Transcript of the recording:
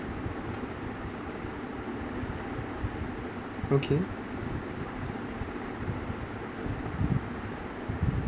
okay